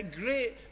great